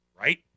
right